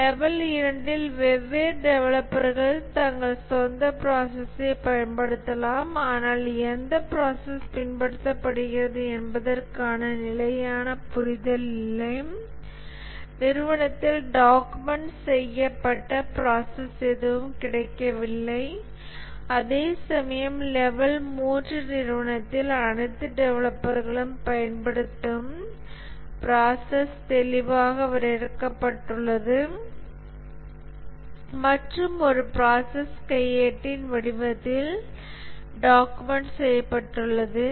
level 2 இல் வெவ்வேறு டெவலப்பர்கள் தங்கள் சொந்த ப்ராசஸ்ஸை பயன்படுத்தலாம் ஆனால் எந்த ப்ராசஸ் பின்பற்றப்படுகிறது என்பதற்கான நிலையான புரிதல் இல்லை நிறுவனத்தில் டாக்குமெண்ட் செய்யப்பட்ட பிராசஸ் எதுவும் கிடைக்கவில்லை அதேசமயம் ஒரு லெவல் 3 நிறுவனத்தில் அனைத்து டெவலப்பர்களும் பயன்படுத்தும் ப்ராசஸ் தெளிவாக வரையறுக்கப்பட்டுள்ளது மற்றும் இது ஒரு ப்ராசஸ் கையேட்டின் வடிவத்தில் டாக்குமெண்ட் செய்யப்பட்டுள்ளது